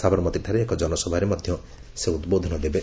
ସାବରମତୀଠାରେ ଏକ ଜନସଭାରେ ମଧ୍ୟ ସେ ଉଦ୍ବୋଧନ ଦେବେ